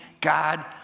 God